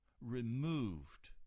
removed